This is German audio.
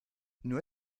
nur